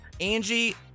Angie